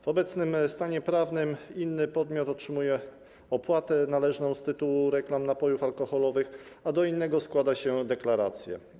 W obecnym stanie prawnym inny podmiot otrzymuje opłatę należną z tytułu reklam napojów alkoholowych, a do innego składa się deklarację.